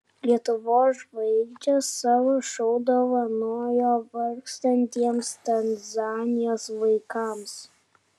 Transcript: lietuvos žvaigždės savo šou dovanojo vargstantiems tanzanijos vaikams